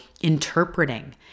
interpreting